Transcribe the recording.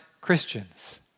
Christians